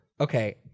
Okay